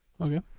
Okay